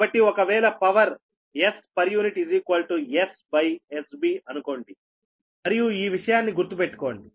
కాబట్టి ఒకవేళ power Spu SSBఅనుకోండి మరియు ఈ విషయాన్ని గుర్తు పెట్టుకోండి